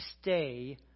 stay